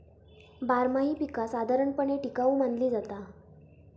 बारमाही पीका साधारणपणे टिकाऊ मानली जाता